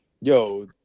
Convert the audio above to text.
yo